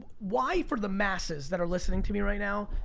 why, for the masses that are listening to me right now,